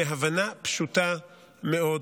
מהבנה פשוטה מאוד.